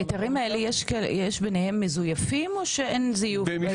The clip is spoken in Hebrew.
בהיתרים האלה יש ביניהם מזויפים או שאין זיוף בהיתר עצמו?